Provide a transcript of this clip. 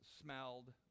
smelled